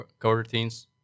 coroutines